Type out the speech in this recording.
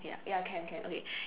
ya can can okay